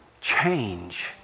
change